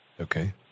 Okay